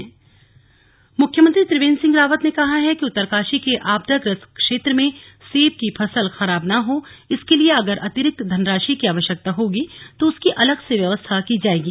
slug CM निर्देश मुख्यमंत्री त्रिवेंद्र सिंह रावत ने कहा है कि उत्तरकाशी के आपदाग्रस्त क्षेत्र में सेब की फसल खराब न हो इसके लिए अगर अतिरिक्त धनराशि की आवश्यकता होगी तो उसकी अलग से व्यवस्था की जायेगी